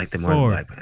Four